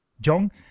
Jong